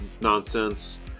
nonsense